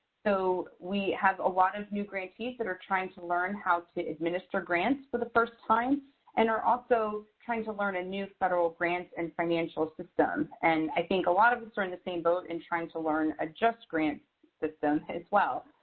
so we have a lot of new grantees that are trying to learn how to administer grants for the first time and are also trying to learn a new federal grants and financial systems. and i think a lot of us are in the same boat and trying to learn the ah justgrants system as well,